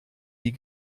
die